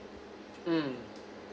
mm